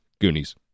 Goonies